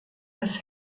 des